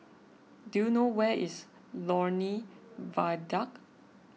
do you know where is Lornie Viaduct